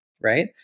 Right